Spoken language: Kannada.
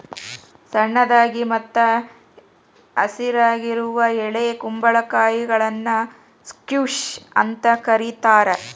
ಸಣ್ಣದಾಗಿ ಮತ್ತ ಹಸಿರಾಗಿರುವ ಎಳೆ ಕುಂಬಳಕಾಯಿಗಳನ್ನ ಸ್ಕ್ವಾಷ್ ಅಂತ ಕರೇತಾರ